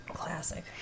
classic